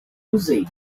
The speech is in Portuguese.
usei